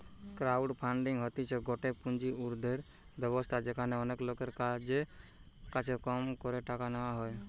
crowd funding হতিছে গটে পুঁজি উর্ধের ব্যবস্থা যেখানে অনেক লোকের কাছে কম করে টাকা নেওয়া হয়